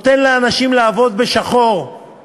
מצליחים להוציא מהם שמות של אותם אלה שקשורים לרשת,